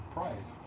price